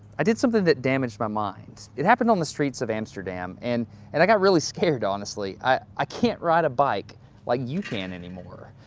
i did something that damaged my mind. it happened on the streets of amsterdam and and i got really scared honestly. i i can't ride a bike like you can anymore.